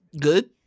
good